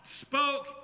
spoke